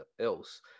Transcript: else